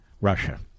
Russia